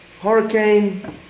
Hurricane